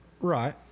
Right